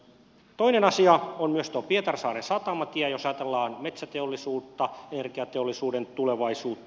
toinen asia on myös tuo pietarsaaren satamatie jos ajatellaan metsäteollisuutta ja energiateollisuuden tulevaisuutta